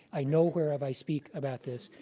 i know where of i speak about this.